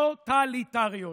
טוטליטריות.